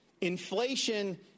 Inflation